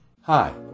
Hi